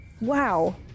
Wow